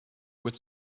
with